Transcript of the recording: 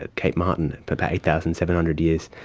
ah cape martin, about eight thousand seven hundred years.